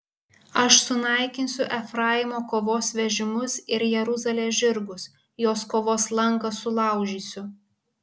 aš sunaikinsiu efraimo kovos vežimus ir jeruzalės žirgus jos kovos lanką sulaužysiu